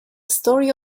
story